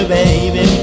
baby